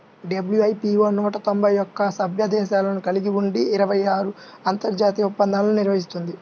WIPO నూట తొంభై ఒక్క సభ్య దేశాలను కలిగి ఉండి ఇరవై ఆరు అంతర్జాతీయ ఒప్పందాలను నిర్వహిస్తుంది